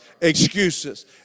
excuses